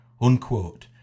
Unquote